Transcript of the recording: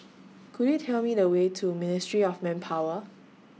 Could YOU Tell Me The Way to Ministry of Manpower